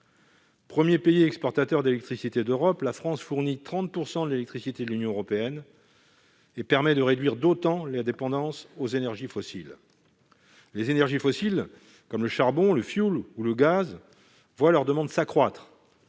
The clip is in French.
Premier pays exportateur d'électricité d'Europe, la France fournit 30 % de l'électricité de l'Union européenne et permet de réduire d'autant la dépendance aux énergies fossiles. Ces dernières, comme le charbon, le fioul ou le gaz, voient leur demande s'accroître